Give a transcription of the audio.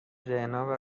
ذهنها